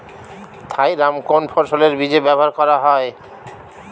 Thiram কোন ফসলের বীজে ব্যবহার করা হয়?